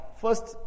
first